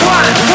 one